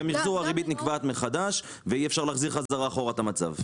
במיחזור הריבית נקבעת מחדש ואי אפשר להחזיר חזרה אחורה את המצב.